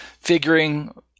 figuring